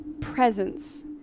presence